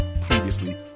previously